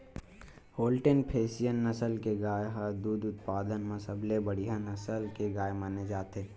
Holstein Friesian नसल के गाय ह दूद उत्पादन म सबले बड़िहा नसल के गाय माने जाथे